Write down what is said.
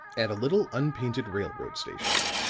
at a little unpainted railroad station,